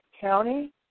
county